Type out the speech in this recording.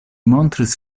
montris